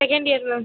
second year ma'am